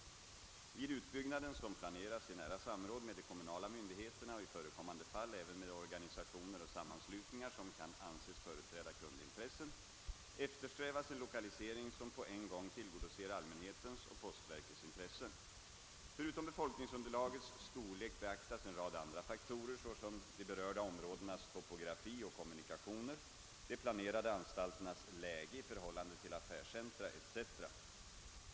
Vid utbyggnaden — som planeras i nära samråd med de kommunala myndigheterna och i förekommande fall även med organisationer och sammanslutningar som kan anses företräda kundintressen — eftersträvas en 1okalisering som på en gång tillgodoser allmänhetens och postverkets intressen. Förutom befolkningsunderlagets storlek beaktas en rad andra faktorer, såsom de berörda områdenas topografi och kommunikationer, de planerade anstalternas läge i förhållande till affärscentra etc.